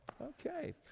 okay